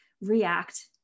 react